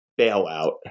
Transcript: bailout